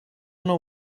know